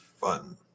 fun